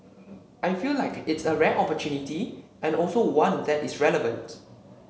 I feel like it's a rare opportunity and also one that is relevant